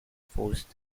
forced